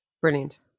Brilliant